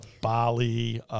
Bali